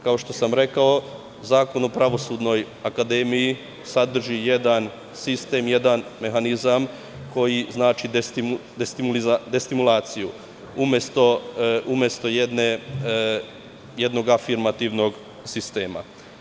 Kao što sam rekao, Zakon o Pravosudnoj akademiji sadrži jedan sistem, jedan mehanizam koji znači destimulaciju, umesto jednog afirmativnog sistema.